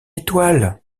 étoile